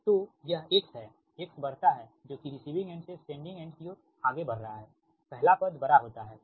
तो यह x है x बढ़ता है जो कि रिसीविंग एंड से सेंडिंग एंड की ओर आगे बढ़ रहा हैपहला पद बड़ा होता है ठीक